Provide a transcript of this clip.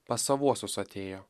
pas savuosius atėjo